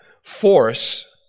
force